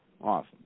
Awesome